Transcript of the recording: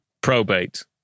probate